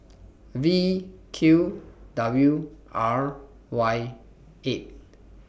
V Q W R Y eight